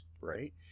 right